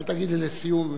אל תגיד לי "לסיום".